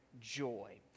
joy